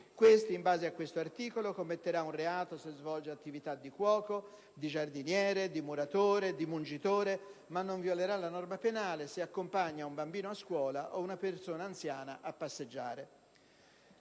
in base a questo articolo, commetterà un reato se svolge attività di cuoco, di giardiniere, di muratore o di mungitore, ma non violerà la norma penale se accompagna un bambino a scuola o una persona anziana a passeggiare.